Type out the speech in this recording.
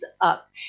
up